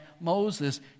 moses